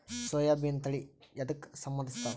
ಸೋಯಾಬಿನ ತಳಿ ಎದಕ ಸಂಭಂದಸತ್ತಾವ?